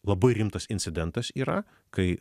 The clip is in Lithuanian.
labai rimtas incidentas yra kai